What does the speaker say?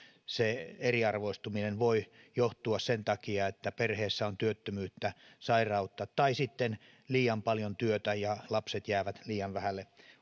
eriarvoistuminen voi johtua siitä että perheessä on työttömyyttä sairautta tai sitten on liian paljon työtä ja lapset jäävät liian vähälle